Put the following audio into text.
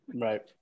right